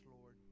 Lord